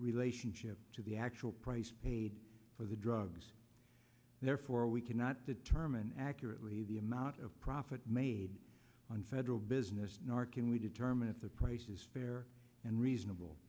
relationship to the actual price paid for the drugs therefore we cannot determine accurately the amount of profit made on federal business nor can we determine if the price is fair and reasonable